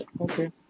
Okay